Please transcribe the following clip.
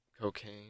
cocaine